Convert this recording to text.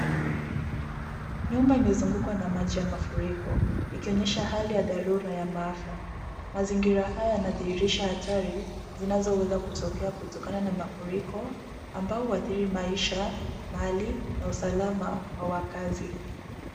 Nyumba imezungukwa na maji ya mafuriko. Ikionyesha hali ya dharura ya maafa. Mazingira haya yanadhihirisha hatari zinazoweza kutokea kutokana na mafuriko ambao huadhiri maisha, mali, na usalama wa wakazi.